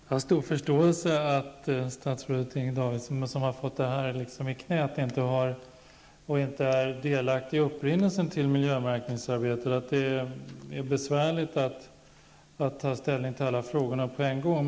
Herr talman! Jag har stor förståelse för att det för statsrådet Davidson, som har fått detta ärende i knäet och som inte är delaktig i upprinnelsen till miljömärkningsarbetet, är besvärligt att ta ställning till alla frågor på en gång.